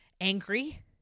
angry